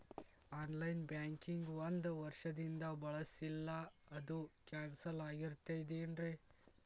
On line banking ಒಂದ್ ವರ್ಷದಿಂದ ಬಳಸಿಲ್ಲ ಅದು ಕ್ಯಾನ್ಸಲ್ ಆಗಿರ್ತದೇನ್ರಿ?